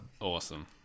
awesome